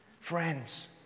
friends